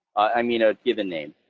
i mean, a given name,